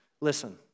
Listen